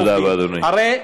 תודה רבה, אדוני.